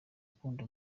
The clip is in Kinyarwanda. akunda